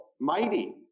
mighty